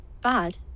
Bad